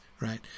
right